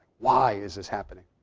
why is this happening?